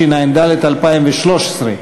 התשע"ד 2013,